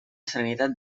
serenitat